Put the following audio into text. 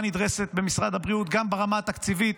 נדרסת במשרד הבריאות גם ברמה התקציבית,